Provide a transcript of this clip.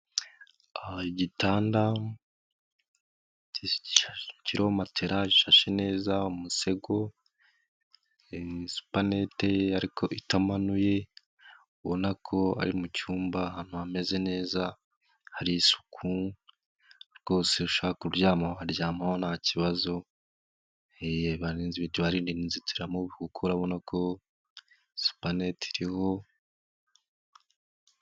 Igitanda kiromo matela gishashe neza umusego na supanete yo ariko itamanuye ubona ko ari mu cyumba ahantu hameze neza hari isuku rwose ushaka kuryama waharyama nta kibazo. Hari inzitiramubu kuko urabona ko supaneti iriho.